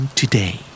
today